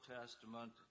Testament